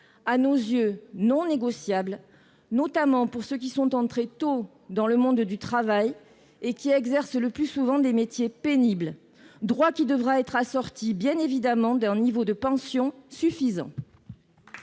à nos yeux non négociable, notamment pour ceux qui sont entrés tôt dans le monde du travail et qui exercent le plus souvent des métiers pénibles ? Bien entendu, ce droit doit être assorti d'un niveau de pension suffisant